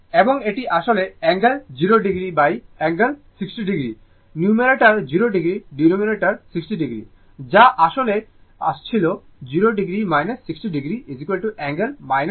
এবং এটি আসলে angle 0o angle 60 o numerator 0 o denominator 60o যা আসলে আসছিল 0 o 60 o অ্যাঙ্গেল 60o